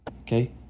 okay